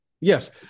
Yes